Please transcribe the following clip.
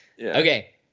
Okay